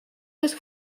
this